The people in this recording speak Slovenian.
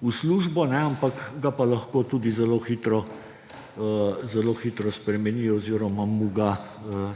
v službo, ampak ga pa lahko tudi zelo hitro spremeni oziroma mu ga